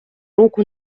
руку